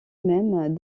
même